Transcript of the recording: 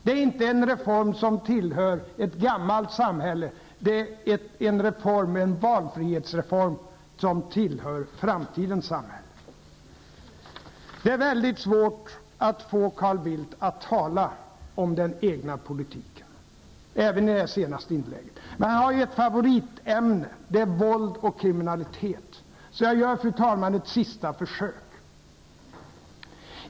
Det är inte en reform som tillhör ett gammalt samhälle, det är en valfrihetsreform som tillhör framtidens samhälle. Det är mycket svårt att få Carl Bildt att tala om den egna politiken -- även i det senaste inlägget. Men han har ju ett favoritämne, nämligen våld och kriminalitet.